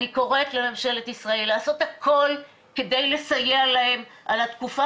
אני קוראת לממשלת ישראל לעשות הכול כדי לסייע להם על התקופה